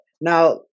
Now